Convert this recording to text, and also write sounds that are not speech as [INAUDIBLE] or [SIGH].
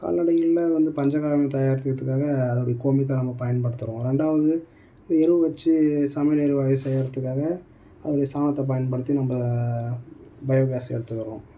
கால்நடையில் வந்து பஞ்சகாவியம் தயாரிக்கறதுக்காக அதனுடைய கோமியத்தை நம்ம பயன்படுத்துறோம் ரெண்டாவது எருவு வச்சு சமையல் வேலையை செய்கிறத்துக்காக அதோட சாணத்தை பயன்படுத்தி நம்ப [UNINTELLIGIBLE] எடுத்துக்கிறோம்